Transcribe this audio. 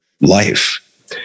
life